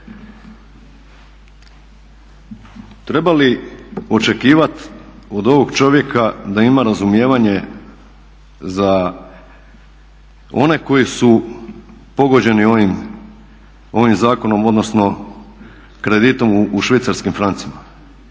Treba li očekivat od ovog čovjeka da ima razumijevanje za one koji su pogođeni ovim zakonom, odnosno kreditom u švicarskim francima?